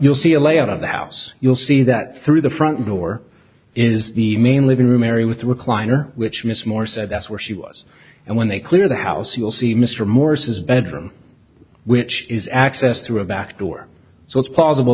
layout of the house you'll see that through the front door is the main living room area with the recliner which miss moore said that's where she was and when they clear the house you'll see mr morris his bedroom which is accessed through a back door so it's possible